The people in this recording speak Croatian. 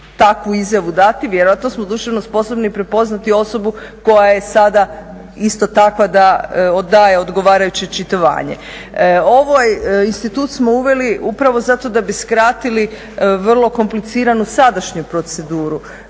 takvu izjavu dati, vjerojatno smo duševno sposobni prepoznati osobu koja je sada isto takva da daje odgovarajuće očitovanje. Ovaj institut smo uveli upravo zato da bi skratili vrlo kompliciranu sadašnju proceduru.